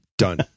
Done